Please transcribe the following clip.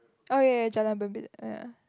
oh ya Jalan-Birbid ya